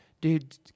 dude